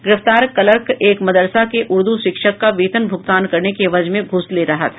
गिरफ्तार क्लर्क एक मदरसा के उर्दू शिक्षक का वेतन भुगतान करने के एवज में घूस ले रहा था